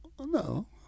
No